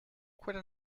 quite